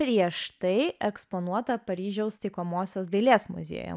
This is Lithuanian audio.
prieš tai eksponuota paryžiaus taikomosios dailės muziejuje